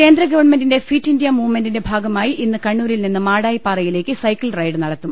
കേന്ദ്ര ഗവൺമെന്റിന്റെ fit India മൂവ്മെൻറിന്റെ ഭാഗമായി ഇന്ന് കണ്ണൂരിൽ നിന്ന് മാടായിപാറയിലേക്ക് സൈക്കിൾ റൈഡ് നടത്തും